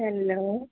hello